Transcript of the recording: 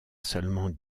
seulement